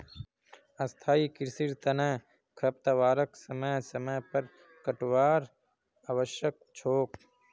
स्थाई कृषिर तना खरपतवारक समय समय पर काटवार आवश्यक छोक